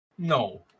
No